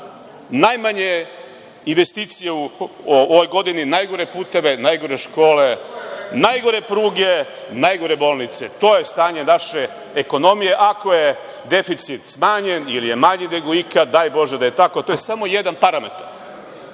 najmanje investicije u ovoj godini, najgore puteve, najgore škole, najgore pruge, najgore bolnice. Tado je stanje naše ekonomije ako je deficit smanjen ili je manji nego ikad. Daj Bože da je tako. To je samo jedan parametar. Zakon